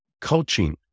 Coaching